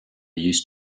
used